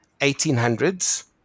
1800s